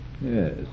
Yes